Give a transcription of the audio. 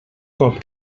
cop